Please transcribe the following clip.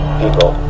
people